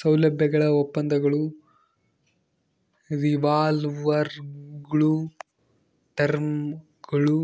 ಸೌಲಭ್ಯಗಳ ಒಪ್ಪಂದಗಳು ರಿವಾಲ್ವರ್ಗುಳು ಟರ್ಮ್ ಲೋನ್ಗಳು